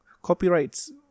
copyrights